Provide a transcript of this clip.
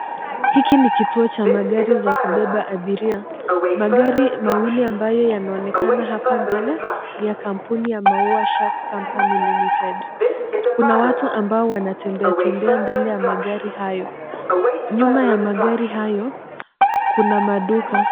Hiki ni kituo cha magari za kubeba abiria. Magari mawili ambayo yanaonekana hapa mbele ni ya kampuni ya Maua Shark Company Limited. Kuna watu ambao wanatembea tembea mbele ya magari hayo. Nyuma ya magari hayo, kuna maduka.